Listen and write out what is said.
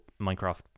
minecraft